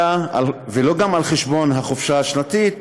ולא על חשבון החופשה השנתית,